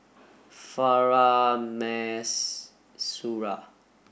Farah Mas Suria